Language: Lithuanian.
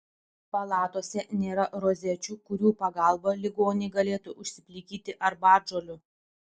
palatose nėra rozečių kurių pagalba ligoniai galėtų užsiplikyti arbatžolių